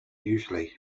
usually